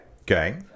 Okay